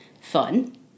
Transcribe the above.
fun